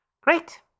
great